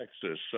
texas